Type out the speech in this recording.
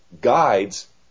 guides